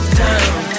down